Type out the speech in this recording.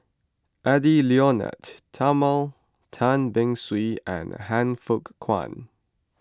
Edwy Lyonet Talma Tan Beng Swee and Han Fook Kwang